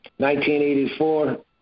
1984